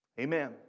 Amen